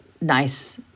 nice